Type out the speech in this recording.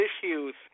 issues